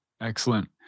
Excellent